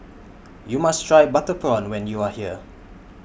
YOU must Try Butter Prawn when YOU Are here